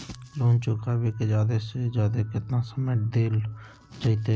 Loan चुकाबे के जादे से जादे केतना समय डेल जयते?